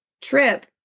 trip